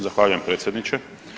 Zahvaljujem predsjedniče.